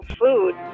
food